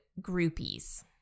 groupies